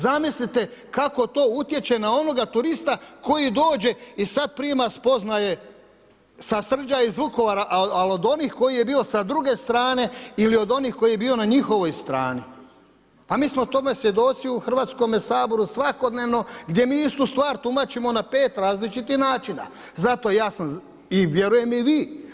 Zamislite kako to utječe na onoga turista koji dođe i sad prima spoznaje sa Srđa iz Vukovara, ali od onih koji je bio sa druge strane ili od onih koji je bio na njihovoj strani, mi smo tome svjedoci u Hrvatskome saboru svakodnevno gdje mi istu stvar tumačimo na 5 različitih načina, a vjerujem i vi.